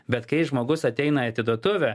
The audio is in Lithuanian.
bet kai žmogus ateina į atiduotuvę